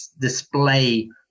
display